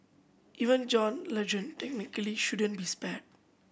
even John Legend technically shouldn't be spared